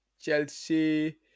Chelsea